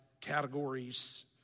categories